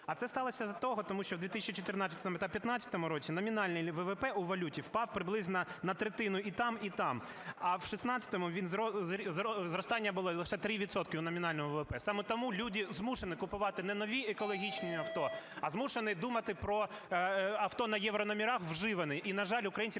А це сталося із-за того, тому що у 2014 та 2015 році номінальний ВВП у валюті впав приблизно на третину і там, і там, а в 2016-му він… зростання було лише 3 відсотки номінального ВВП. Саме тому люди змушені купувати не нові екологічні авто, а змушені думати про авто на єврономерах вживані.